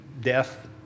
death